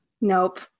Nope